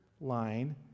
line